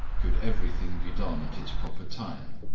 could everything be done at its proper time.